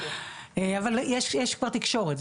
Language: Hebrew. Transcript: אבל יש כבר תקשורת,